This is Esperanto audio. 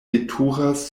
veturas